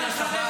ולכן,